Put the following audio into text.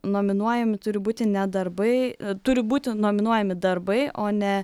nominuojami turi būti ne darbai turi būti nominuojami darbai o ne